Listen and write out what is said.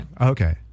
Okay